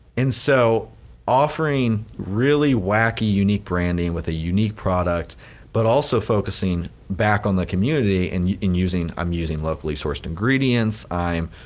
and so offering really wacky unique branding with a unique product but also focusing back on the community and and using, i'm using locally sourced ingredients, i'm